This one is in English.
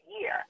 year